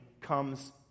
comes